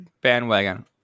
bandwagon